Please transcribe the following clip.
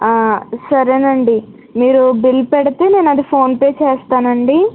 సరేనండీ మీరు బిల్ పెడితే నేను అది ఫోన్ పే చేస్తానండీ